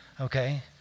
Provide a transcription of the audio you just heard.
okay